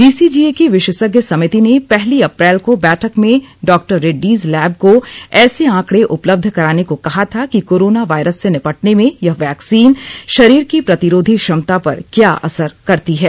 DCGA की विशेषज्ञ समिति ने पहली अप्रैल को बैठक में डॉक्टर रेड्डीज लैब को ऐसे आंकड़े उपलब्ध कराने को कहा था कि कोरोना वायरस से निपटने में यह वैक्सीन शरीर की प्रतिरोधी क्षमता पर क्या असर करती है